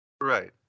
right